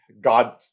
God